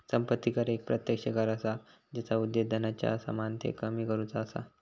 संपत्ती कर एक प्रत्यक्ष कर असा जेचा उद्देश धनाच्या असमानतेक कमी करुचा असा